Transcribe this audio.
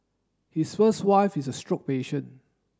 his first wife is a stroke patient